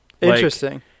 Interesting